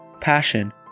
passion